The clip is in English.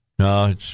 No